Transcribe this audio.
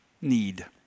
need